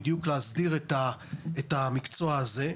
בדיוק להסדיר את המקצוע הזה,